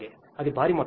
అది భారీ మొత్తం